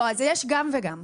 לא, אז יש גם וגם.